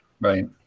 right